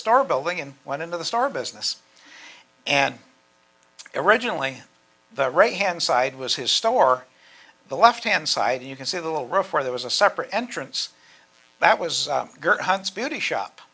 star building and went into the star business and originally the right hand side was his store the left hand side you can see the little rough where there was a separate entrance that was hunt's beauty shop